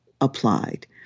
applied